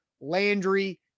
Landry